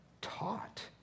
taught